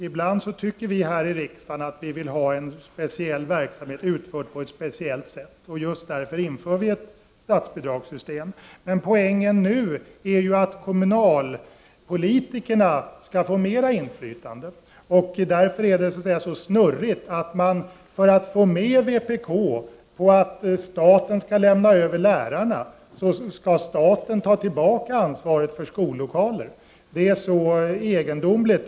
Ibland tycker vi här i riksdagen att vi vill ha en speciell verksamhet utförd på ett speciellt sätt, och just därför inför vi ett st itsbidrag. "fen nu är ju poängen att kommunalpolitikerna skall få mera inflytande. Det är därför det är så snurrigt att man för att få vpk med på att staten skall lämna över lärarna, skall staten ta tillbaka ansvaret för skollokalerna. Det är egendomligt.